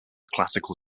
classical